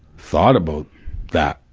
thought about that,